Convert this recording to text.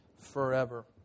forever